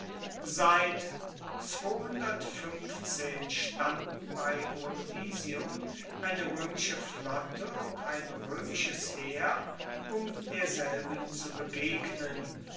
seit standen bei brundisium eine roemische flotte und ein roemisches heer um derselben zu begegnen